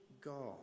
God